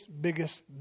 biggest